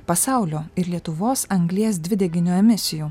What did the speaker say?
pasaulio ir lietuvos anglies dvideginio emisijų